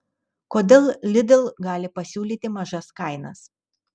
kodėl lidl gali pasiūlyti mažas kainas